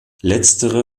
letztere